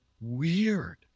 weird